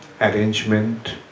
arrangement